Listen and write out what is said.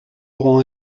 aurons